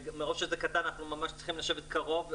מרוב שזה קטן אנחנו ממש צריכים לשבת קרוב,